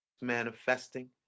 manifesting